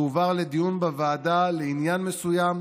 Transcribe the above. תועבר לדיון בוועדה לעניין מסוים,